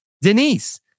denise